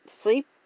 Sleep